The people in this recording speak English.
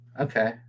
Okay